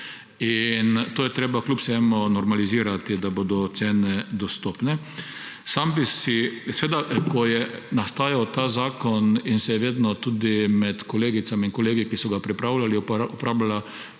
so. To je treba kljub vsemu normalizirati, da bodo cene dostopne. Ko je nastajal ta zakon, se je vedno tudi med kolegicami in kolegi, ki so ga pripravljali, uporabljala